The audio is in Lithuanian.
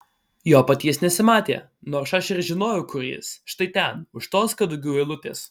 jo paties nesimatė nors aš ir žinojau kur jis štai ten už tos kadugių eilutės